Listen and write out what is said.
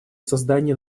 создания